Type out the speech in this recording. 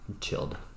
chilled